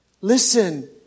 Listen